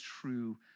true